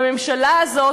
בממשלה הזאת,